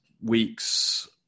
weeks